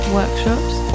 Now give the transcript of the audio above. workshops